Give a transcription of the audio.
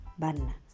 Banna